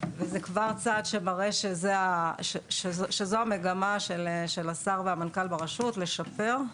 זה כבר צעד שמראה שהמגמה של השר והמנכ"ל ברשות היא לשפר.